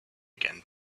again